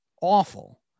Awful